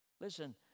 Listen